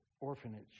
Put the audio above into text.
orphanage